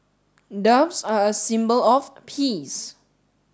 doves are a symbol of peace